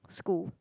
school